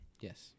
yes